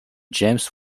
james